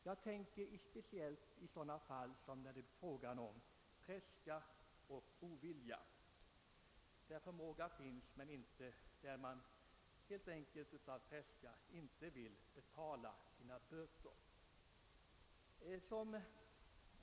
Jag tänker speciellt på sådana fall där det är fråga om tredska och ovilja — där förmåga finns men där vederböran de helt enkelt av tredska inte vill betala sina böter.